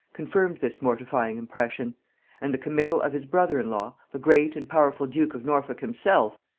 confirmed this mortifying impression and the committal of his brother-in-law, the great and powerful duke of norfolk himself,